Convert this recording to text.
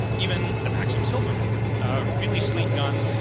even the maxim-silverman, a really sleek gun, and